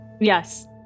Yes